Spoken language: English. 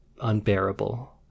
unbearable